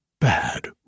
Bad